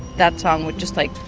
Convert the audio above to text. that song would just, like,